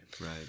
Right